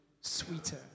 sweeter